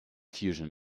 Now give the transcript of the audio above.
fusion